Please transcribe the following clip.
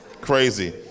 crazy